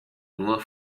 nur